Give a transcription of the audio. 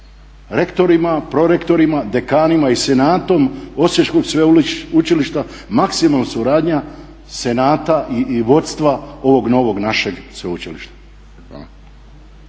rektorima, prorektorima, dekanima i Senatom Osječkog sveučilišta, maksimalna suradnja senata i vodstva ovog novog našeg sveučilišta.